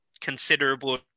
considerable